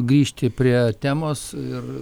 grįžti prie temos ir